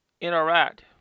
interact